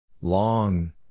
Long